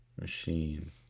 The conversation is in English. Machine